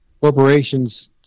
corporations